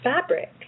fabric